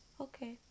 okay